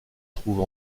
trouve